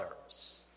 others